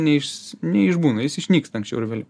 neiš neišbūna jis išnyksta anksčiau ar vėliau